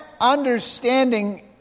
understanding